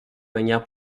manière